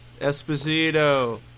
Esposito